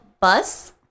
Bus